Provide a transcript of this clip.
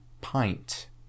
Pint